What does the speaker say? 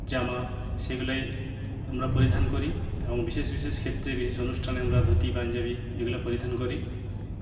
জামা সেগুলাই আমরা পরিধান করি এবং বিশেষ বিশেষ ক্ষেত্রে বিশেষ অনুষ্ঠানে আমরা ধুতি পাঞ্জাবি এগুলো পরিধান করি